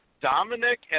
Dominic